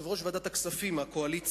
של יושב-ראש ועדת הכספים מהקואליציה: